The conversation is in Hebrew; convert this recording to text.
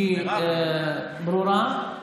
היא ברורה.